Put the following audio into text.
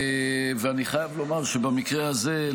אני חייב לומר שבמקרה הזה,